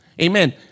Amen